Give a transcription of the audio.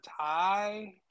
tie